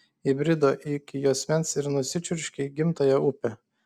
įbrido iki juosmens ir nusičiurškė į gimtąją upę